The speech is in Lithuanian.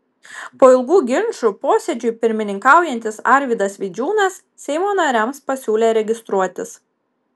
po ilgų ginčų posėdžiui pirmininkaujantis arvydas vidžiūnas seimo nariams pasiūlė registruotis